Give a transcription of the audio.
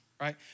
right